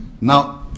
now